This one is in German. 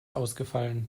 ausgefallen